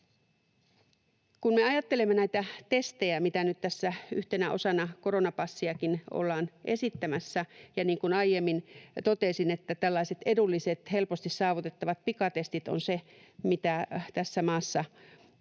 Kun me ajattelemme näitä testejä, mitä nyt tässä yhtenä osana koronapassiakin ollaan esittämässä — ja niin kuin aiemmin totesin, tällaiset edulliset, helposti saavutettavat pikatestit ovat niitä, mistä tässä maassa